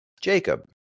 Jacob